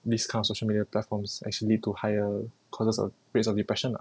this kind of social media platforms actually to higher causes of plays on depression